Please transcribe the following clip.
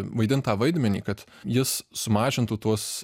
vaidint tą vaidmenį kad jis sumažintų tuos